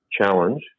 challenge